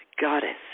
goddess